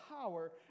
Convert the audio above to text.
power